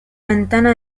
ventana